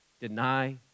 deny